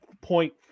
point